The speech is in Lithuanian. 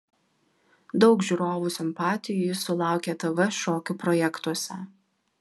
daug žiūrovų simpatijų jis sulaukė tv šokių projektuose